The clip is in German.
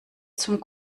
zum